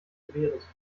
gewehres